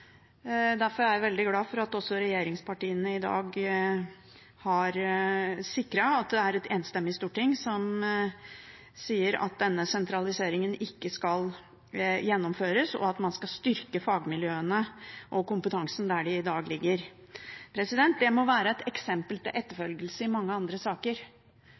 Derfor er jeg veldig glad for at regjeringspartiene i dag har sikret at det er et enstemmig storting som sier at denne sentraliseringen ikke skal gjennomføres, og at man skal styrke fagmiljøene og kompetansen der de i dag ligger. Dette må være et eksempel til etterfølgelse i mange andre saker,